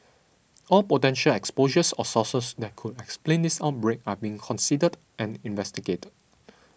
all potential exposures or sources that could explain this outbreak are being considered and investigated